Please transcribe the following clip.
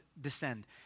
descend